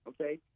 okay